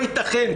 אני רק אתקן.